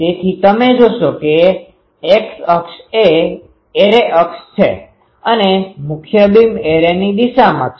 તેથી તમે જોશો કે X અક્ષ એ એરે અક્ષ છે અને મુખ્ય બીમ એરેની દિશામાં છે